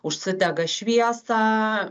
užsidega šviesą